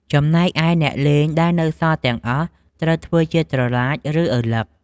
ចំណែកឯ អ្នកលេងដែលនៅសល់ទាំងអស់ត្រូវធ្វើជាត្រឡាចឬឪឡឹក។